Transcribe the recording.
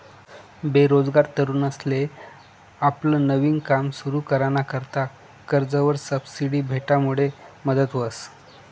बेरोजगार तरुनसले आपलं नवीन काम सुरु कराना करता कर्जवर सबसिडी भेटामुडे मदत व्हस